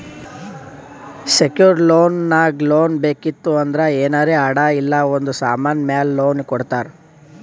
secured loan ನಾಗ್ loan ಬೇಕಿತ್ತು ಅಂದ್ರ ಏನಾರೇ ಅಡಾ ಇಲ್ಲ ಒಂದ್ ಸಮಾನ್ ಮ್ಯಾಲ ಲೋನ್ ಕೊಡ್ತಾರ್